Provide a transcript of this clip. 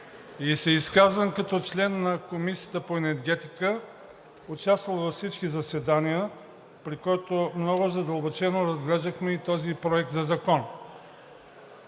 Изказвам се като член на Комисията по енергетика, участвал съм във всички заседания, при които много задълбочено разглеждахме и този проект за Закон.